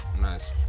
Nice